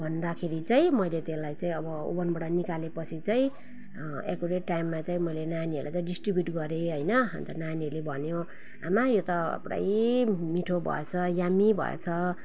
भन्दाखेरि चाहिँ मैले त्यसलाई चाहिँ अब ओभनबाट निकालेपछि चाहिँ एकुरेट टाइममा चाहिँ मैले नानीहरूलाई चाहिँ डिस्ट्रिब्युट गरेँ होइन अन्त नानीहरूले भन्यो आमा यो त पुरै मिठो भएछ यमी भएछ